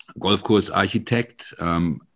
Golfkursarchitekt